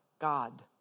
God